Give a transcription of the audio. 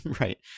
Right